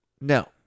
No